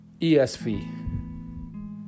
ESV